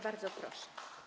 Bardzo proszę.